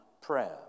prayer